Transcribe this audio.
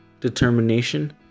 determination